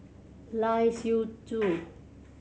Lai Siu Chiu